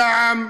זעם,